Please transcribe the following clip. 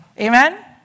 Amen